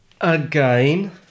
again